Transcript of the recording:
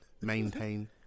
Maintain